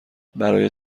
برای